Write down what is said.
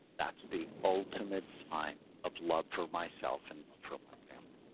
that's the ultimate sign of love for myself and ah for my family